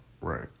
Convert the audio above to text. right